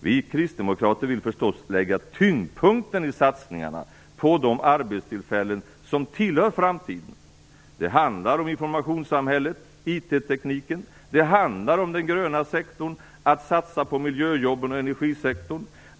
Vi kristdemokrater vill förstås lägga tyngdpunkten i satsningarna på de arbetstillfällen som tillhör framtiden. Det handlar om informationssamhället, IT. Det handlar om den gröna sektorn och om att satsa på miljöjobben och energisektorn.